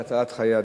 להצלת חיי אדם.